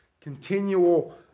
continual